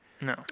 No